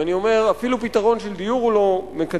ואני אומר: אפילו פתרון של דיור הוא לא מקדם,